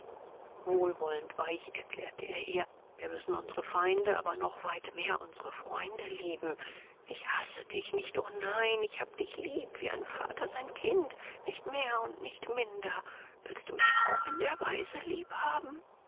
wohlwollend und weich erklärte er ihr wir müssen unsre feinde aber noch weit mehr unsre freunde lieben ich hasse dich nicht o nein ich habe dich lieb wie ein vater sein kind nicht mehr und nicht minder willst du mich auch in der weise lieb haben